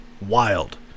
wild